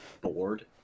bored